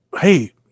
Hey